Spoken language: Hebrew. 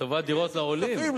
לטובת דירות לעולים.